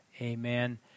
Amen